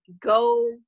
Go